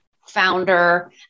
founder